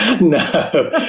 No